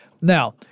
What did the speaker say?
Now